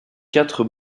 quatre